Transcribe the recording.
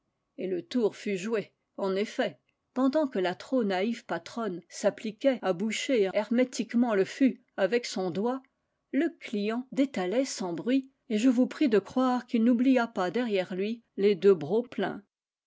joué le tour fut joué en effet pendant que la trop naïve patronne s'appliquait à boucher hermétiquement le fût avec son doigt le client détalait sans bruit et je vous prie de croire qu'il n'oublia pas der rière lui les deux brocs pleins